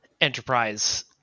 Enterprise